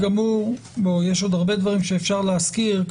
יש עוד הרבה דברים שאפשר להזכיר,